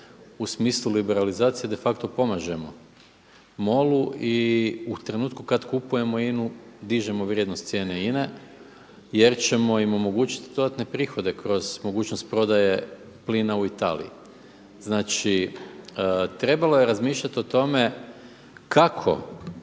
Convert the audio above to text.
u smislu liberalizacije de facto pomažemo MOL-u i u trenutku kada kupujemo INA-u dižemo vrijednost cijene INA-e jer ćemo im omogućiti dodatne prihode kroz mogućnost prodaje plina u Italiji. Znači trebalo je razmišljati o tome kako